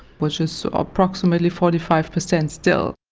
which is approximately forty five percent still.